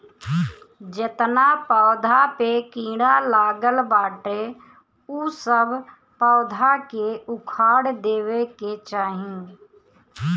जेतना पौधा पे कीड़ा लागल बाटे उ सब पौधा के उखाड़ देवे के चाही